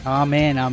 amen